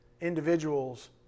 individuals